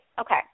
Okay